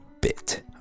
bit